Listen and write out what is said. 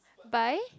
buy